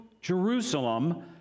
Jerusalem